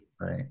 Right